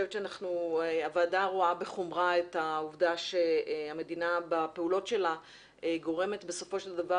הוועדה רואה בחומרה את העובדה שהמדינה בפעולות שלה גורמת בסופו של דבר